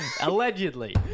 Allegedly